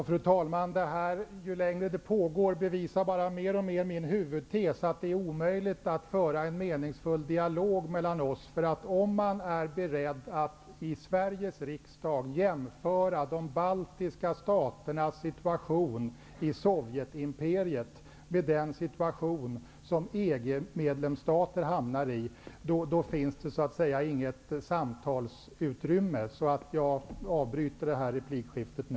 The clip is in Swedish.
Fru talman! Ju längre debatten pågår, desto mer bevisas riktigheten i min huvudtes, att det är omöjligt att föra en meningsfull dialog mellan Gudrun Schyman och mig. Om man är beredd att i Sveriges riksdag jämföra de baltiska staternas situation i Sovjetimperiet med den situation som EG:s medlemsstater hamnar i, finns det så att säga inget samtalsutrymme, så jag avbryter det här replikskiftet nu.